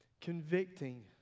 convicting